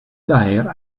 daher